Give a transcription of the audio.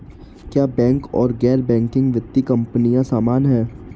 क्या बैंक और गैर बैंकिंग वित्तीय कंपनियां समान हैं?